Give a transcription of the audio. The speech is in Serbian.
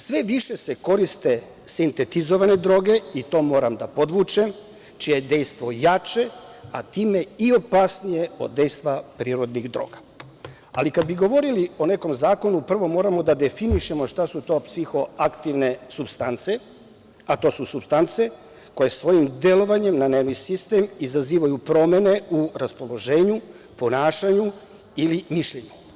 Sve više se koriste sintetizovane droge, i to moram da podvučem, čije je dejstvo jače, a time i opasnije od dejstva prirodnih droga, ali da bih govorili o nekom zakonu, prvo moramo da definišemo šta su to psihoaktivne supstance, a to su supstance koje svojim delovanjem na nervni sistem izazivaju promene u raspoloženju, ponašanju ili mišljenju.